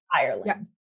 Ireland